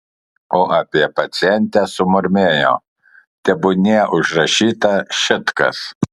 o apie pacientę sumurmėjo tebūnie užrašyta šit kas